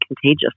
contagious